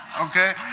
okay